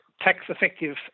tax-effective